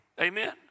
Amen